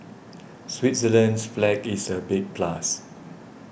Switzerland's flag is a big plus